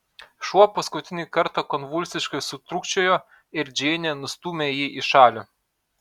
šuo paskutinį kartą konvulsiškai sutrūkčiojo ir džeinė nustūmė jį į šalį